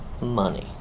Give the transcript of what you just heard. money